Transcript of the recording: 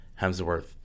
Hemsworth